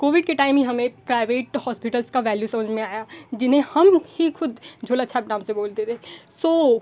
Covid के time ही हमें प्राइवेट हॉस्पिटल्स का वैल्यू समझ में आया जिन्हें हम ही खुद झोलाछाप नाम से बोलते थे सो